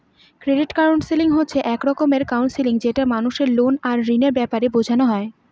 credit counselling হচ্ছে এক রকমের কাউন্সেলিং যেখানে মানুষকে লোন আর ঋণের ব্যাপারে বোঝানো হয়